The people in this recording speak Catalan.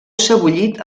sebollit